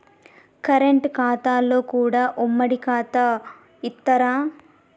Current ఖాతాలో కూడా ఉమ్మడి ఖాతా ఇత్తరా?